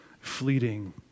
fleeting